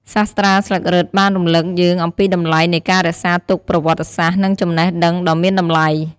សាស្រ្តាស្លឹករឹតបានរំលឹកយើងអំពីតម្លៃនៃការរក្សាទុកប្រវត្តិសាស្ត្រ និងចំណេះដឹងដ៏មានតម្លៃ។